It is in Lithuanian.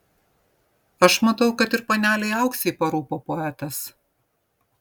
aš matau kad ir panelei auksei parūpo poetas